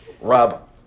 Rob